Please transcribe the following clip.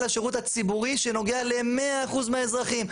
השירות הציבורי שנוגע ל-100% מהאזרחים.